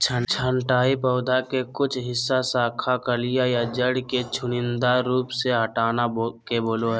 छंटाई पौधा के कुछ हिस्सा, शाखा, कलियां या जड़ के चुनिंदा रूप से हटाना के बोलो हइ